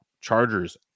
chargers